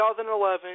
2011